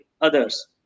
others